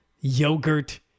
yogurt